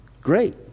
Great